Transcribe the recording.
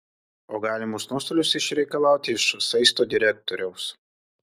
o galimus nuostolius išreikalauti iš saisto direktoriaus